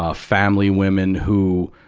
ah family women who,